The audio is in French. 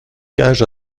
cage